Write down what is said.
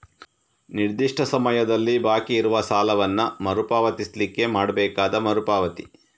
ನಿರ್ದಿಷ್ಟ ಸಮಯದಲ್ಲಿ ಬಾಕಿ ಇರುವ ಸಾಲವನ್ನ ಮರು ಪಾವತಿಸ್ಲಿಕ್ಕೆ ಮಾಡ್ಬೇಕಾದ ಮರು ಪಾವತಿ